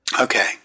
Okay